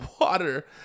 water